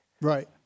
Right